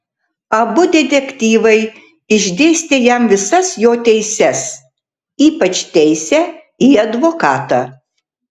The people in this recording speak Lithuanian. abu detektyvai išdėstė jam visas jo teises ypač teisę į advokatą